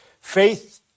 Faith